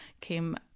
came